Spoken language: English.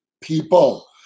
people